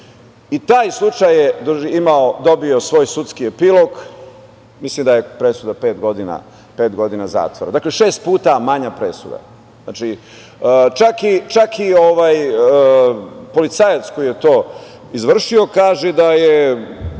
Taj slučaj je dobio svoj sudski epilog. Mislim da je presuda pet godina zatvora. Dakle, šest puta manja presuda. Znači, čak i policajac koji je to izvršio kaže da je